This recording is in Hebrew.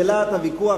בלהט הוויכוח,